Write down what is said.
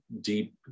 deep